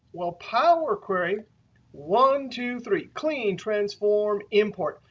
well, power query one, two, three clean, transform, import.